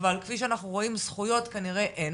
אבל כפי שאנחנו רואים זכויות, כנראה אין